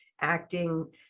acting